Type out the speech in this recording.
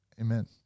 Amen